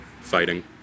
fighting